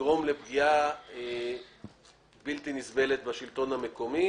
שיגרום לפגיעה בלתי נסבלת בשלטון המקומי